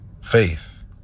Faith